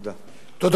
תודה רבה.